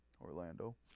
Orlando